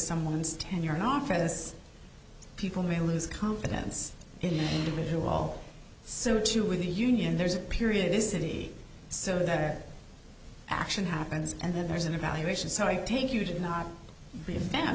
someone's tenure in office people may lose confidence in the wall so too with the union there's a period in this city so that action happens and then there's an evaluation so i think you should not be a fan